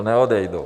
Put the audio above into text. Neodejdou.